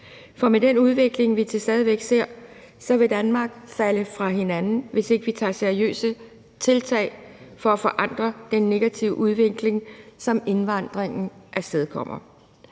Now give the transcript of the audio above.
For med den udvikling, vi til stadighed ser, vil Danmark falde fra hinanden, hvis ikke vi tager seriøse tiltag for at forandre den negative udvikling, som indvandringen afstedkommer.